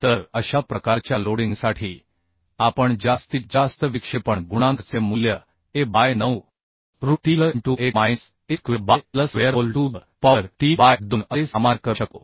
तर अशा प्रकारच्या लोडिंगसाठी आपण जास्तीत जास्त विक्षेपण गुणांकचे मूल्य a by 9 root 3 L into 1 minus a square by L square whole to the power 3 by 2 असे सामान्य करू शकतो